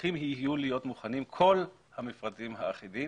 מוכנים כל המפרטים האחידים